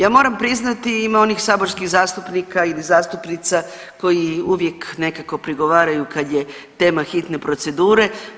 Ja moram priznati ima onih saborskih zastupnika ili zastupnica koji uvijek nekako prigovaraju kad je tema hitne procedure.